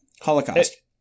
Holocaust